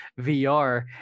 vr